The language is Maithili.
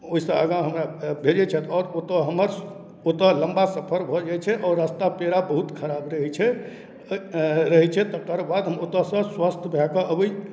ओहिसँ आगाँ हमरा भेजै छथि आओर ओतय हमर ओतय लम्बा सफर भऽ जाइ छै आओर रस्ता पेरा बहुत खराब रहै छै रहै छै रहै छै तकर बाद हम ओतयसे स्वस्थ भए कऽ अबैत